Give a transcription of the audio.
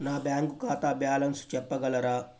నా బ్యాంక్ ఖాతా బ్యాలెన్స్ చెప్పగలరా?